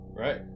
right